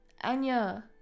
Anya